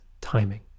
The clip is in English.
timing